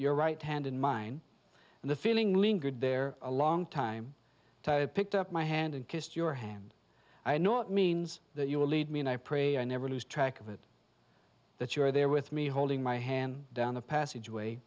your right hand in mine and the feeling lingered there a long time picked up my hand and kissed your hand i not means that you will leave me and i pray i never lose track of it that you're there with me holding my hand down the passageway